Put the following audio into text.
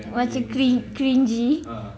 macam cringe cringey